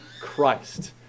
Christ